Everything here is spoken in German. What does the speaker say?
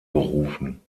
gerufen